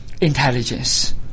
intelligence